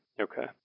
Okay